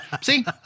See